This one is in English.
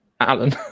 Alan